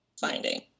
finding